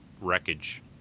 wreckage